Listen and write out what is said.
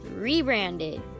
Rebranded